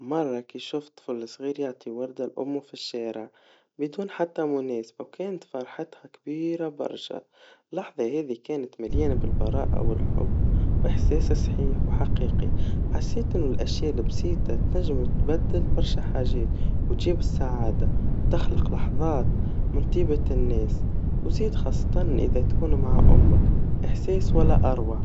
مرا كي شوفت طفل صغير يعطي وردا لأمه في الشارع, بدون حتى مناسبا, كانت فرحتها كبيرا برشا, اللحظا هذي كانت مليانا بالبراءة والحب, وإحساس صحيح وحقيقي, حسيت انه الأشيااء البسيطة تنجب تبدل برشاا حاجات, وتجيب السعادا, وتخلق لحظات من طيبة الناس, وزيد خاصةً إذا تكون مع أمك, إحساس ولا أروع.